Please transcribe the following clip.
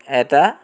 এটা